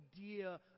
idea